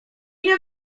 nie